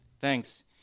thanks